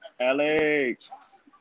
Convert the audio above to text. Alex